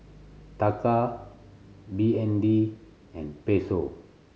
Taka B N D and Peso